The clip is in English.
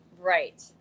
Right